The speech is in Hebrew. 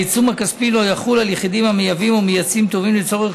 העיצום הכספי לא יחול על יחידים המייבאים או מייצאים טובין לצורך